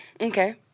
Okay